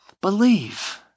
believe